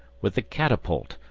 with the catapult,